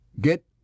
get